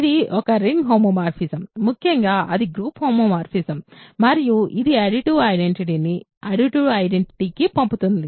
ఇది ఒక ring homeomorphism ముఖ్యంగా అది ఒక గ్రూప్ హోమోమార్ఫిజం మరియు ఇది అడిటివ్ ఐడెంటిటీ ని అడిటివ్ ఐడెంటిటీ కి పంపుతుంది